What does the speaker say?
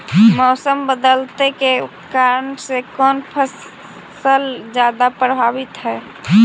मोसम बदलते के कारन से कोन फसल ज्यादा प्रभाबीत हय?